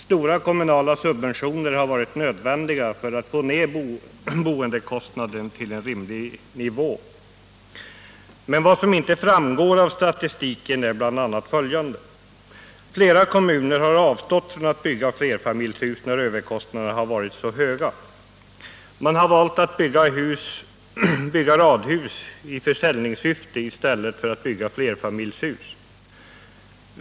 Stora kommunala subventioner har varit nödvändiga för att få ned boendekostnaden till en rimlig nivå. Men vad som inte framgår av statistiken är bl.a. följande: Flera kommuner har avstått från att bygga flerfamiljshus när överkostnaderna har varit så höga som de varit. Man har valt att bygga radhus i försäljningssyfte i stället för att bygga flerfamiljshus.